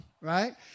right